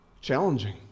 challenging